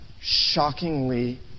shockingly